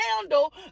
handle